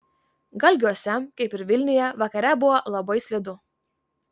galgiuose kaip ir vilniuje vakare buvo labai slidu